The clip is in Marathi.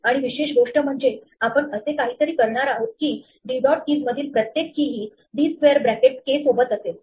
आणि विशेष गोष्ट म्हणजे आपण असे काहीतरी करणार आहोत की d dot keys मधील प्रत्येक key ही d स्क्वेअर ब्रॅकेट k सोबत असेल